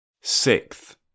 Sixth